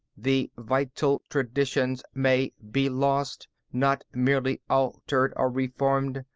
the vital traditions may be lost not merely altered or reformed,